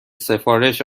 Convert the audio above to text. سفارش